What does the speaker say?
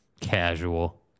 casual